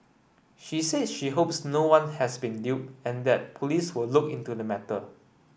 she said she hopes no one has been duped and that police will look into the matter